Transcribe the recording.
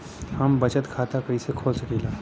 हम बचत खाता कईसे खोल सकिला?